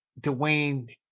Dwayne